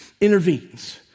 intervenes